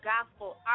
Gospel